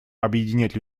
объединять